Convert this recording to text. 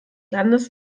landes